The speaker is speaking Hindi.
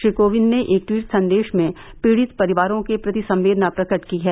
श्री कोविंद ने एक टवीट संदेश में पीड़ित परिवारों के प्रति संवेदना प्रकट की है